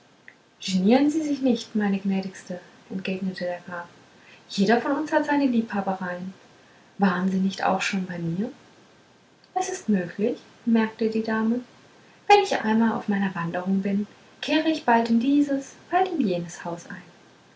genieren sie sich nicht meine gnädigste entgegnete der graf jeder von uns hat seine liebhabereien waren sie nicht auch schon bei mir es ist möglich bemerkte die dame wenn ich einmal auf meiner wanderung bin kehre ich bald in dieses bald in jenes haus ein